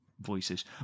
voices